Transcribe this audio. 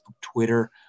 Twitter